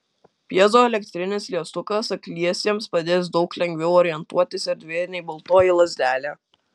pjezoelektrinis liestukas akliesiems padės daug lengviau orientuotis erdvėje nei baltoji lazdelė